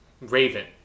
Raven